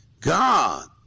God